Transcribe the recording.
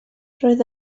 roedd